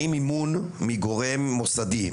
האם מימון מגורם מוסדי,